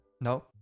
No